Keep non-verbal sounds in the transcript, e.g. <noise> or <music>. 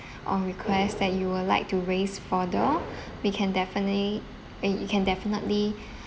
<breath> or request that you would like to raise further we can definitely eh you can definitely